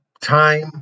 time